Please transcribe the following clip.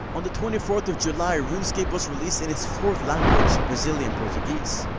on the twenty fourth of july, runescape was released in its fourth language brazilian portugese.